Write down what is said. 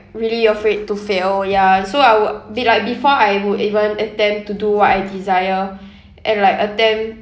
really afraid to fail ya so I would be like before I would even attempt to do what I desire and like attempt